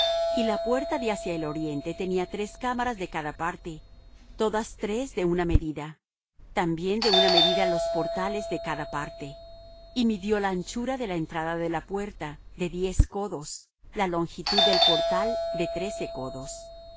y la puerta de hacia el oriente tenía tres cámaras de cada parte todas tres de una medida también de una medida los portales de cada parte y midió la anchura de la entrada de la puerta de diez codos la longitud del portal de trece codos